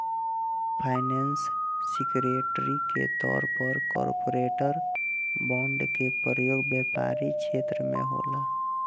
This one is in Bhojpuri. फाइनैंशल सिक्योरिटी के तौर पर कॉरपोरेट बॉन्ड के प्रयोग व्यापारिक छेत्र में होला